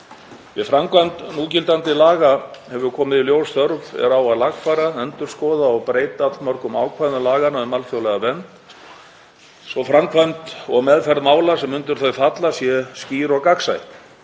Við framkvæmd gildandi laga um útlendinga hefur komið í ljós að þörf er á að lagfæra, endurskoða og breyta allmörgum ákvæðum laganna um alþjóðlega vernd svo að framkvæmd og meðferð mála sem undir þau falla sé skýr og gagnsæ.